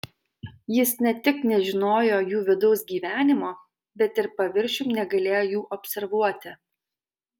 jis ne tik nežinojo jų vidaus gyvenimo bet ir paviršium negalėjo jų observuoti